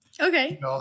Okay